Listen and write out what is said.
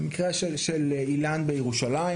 המקרה של איל"ן בירושלים,